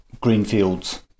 greenfields